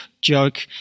joke